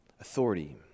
authority